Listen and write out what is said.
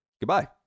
goodbye